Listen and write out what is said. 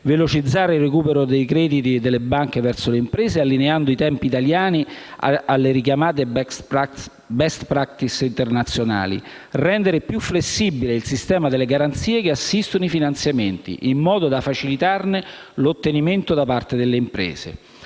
velocizzare il recupero dei crediti delle banche verso le imprese, allineando i tempi italiani alle richiamate *best practice* internazionali; rendere più flessibile il sistema delle garanzie che assistono i finanziamenti, in modo da facilitarne l'ottenimento da parte delle imprese.